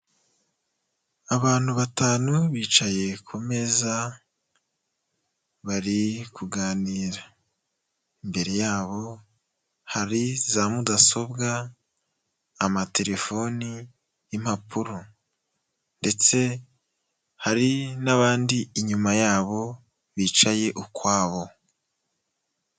Abantu batanu bicaye ku meza bari kuganira, imbere yabo hari za mudasobwa, amaterefoni, impapuro ndetse hari n'abandi inyuma yabo bicaye ukwabo.